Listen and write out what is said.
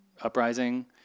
uprising